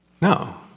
No